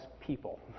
people